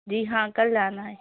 جی ہاں کل جانا ہے